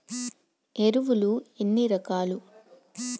ఎరువులు ఎన్ని రకాలు?